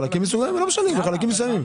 לא משנה, בחלקים מסוימים.